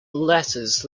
letters